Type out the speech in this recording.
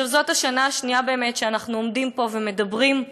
עכשיו, זאת השנה השנייה שאנחנו עומדים פה ומדברים,